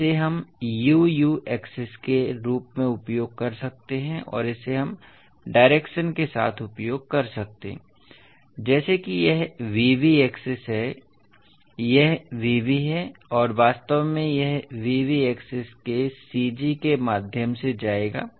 और इसे हम u u एक्सिस के रूप में उपयोग कर सकते हैं और इसे हम डायरेक्शन के साथ उपयोग कर सकते हैं जैसे कि यह v v एक्सिस है ठीक है यह v v है और वास्तव में यह इस v v एक्सिस के cg के माध्यम से जाएगा ठीक है